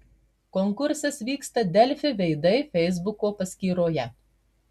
konkursas vyksta delfi veidai feisbuko paskyroje